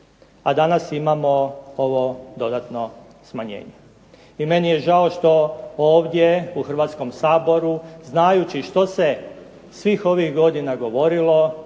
a danas imamo ovo dodatno smanjenje. I meni je žao što ovdje u Hrvatskom saboru znajući što se svih ovih godina govorilo